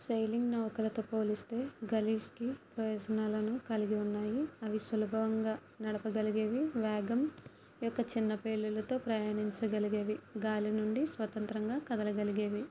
sailing నౌకలతో పోలిస్తే గలీస్కి ప్రయోజనాలను కలిగి ఉన్నాయి అవి సులభంగా నడపగలిగేవి వేగం యొక్క చిన్న పెళులతో ప్రయాణించగలిగేవి గాలి నుండి స్వతంత్రంగా కదలగలిగేవి